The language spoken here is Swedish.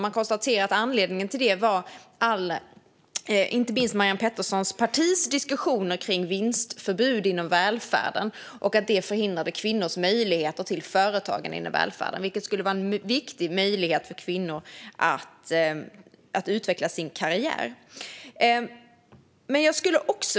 Man konstaterar att anledningen till det var inte minst Marianne Petterssons partis diskussioner om vinstförbud inom välfärden. Det skulle förhindra kvinnors möjlighet till företagande i välfärden och deras chans att utveckla sin karriär.